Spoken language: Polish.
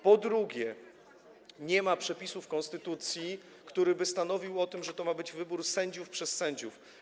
Po drugie, nie ma przepisu w konstytucji, który by stanowił o tym, że to ma być wybór sędziów przez sędziów.